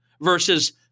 versus